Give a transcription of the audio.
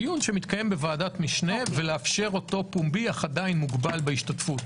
דיון שמתקיים בוועדת משנה ולאפשר אותו פומבי אך עדיין מוגבל בהשתתפות.